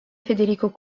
federico